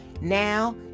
Now